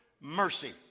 mercy